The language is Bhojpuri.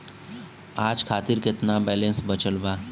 आज खातिर केतना बैलैंस बचल बा?